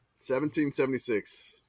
1776